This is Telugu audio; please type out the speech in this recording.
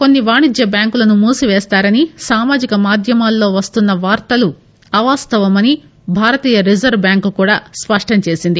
కొన్సి వాణిజ్య బ్యాంకులను మూసివేస్తారని సామాజిక మాధ్యమాల్లో వస్తున్స వార్తలు అవాస్తవమని భారతీయ రిజర్వ్ బ్యాంక్ కూడా స్పష్టం చేసింది